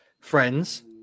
friends